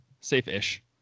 Safe-ish